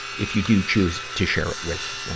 if you do choose to share it with, ah,